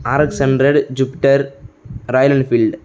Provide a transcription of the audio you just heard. RX hundred jupiter Royal Enfield